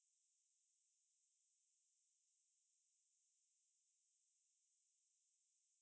நா தெரிலடா:naa theriladaa err but I think everyone has to like it's a it's a